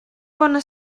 bona